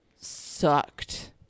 sucked